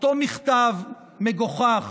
אותו מכתב מגוחך